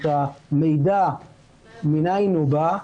את המידע מנין הוא בא,